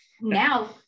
now